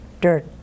dirt